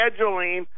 scheduling